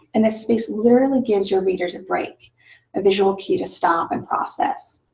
and this space literally gives your readers a break a visual key to stop and process.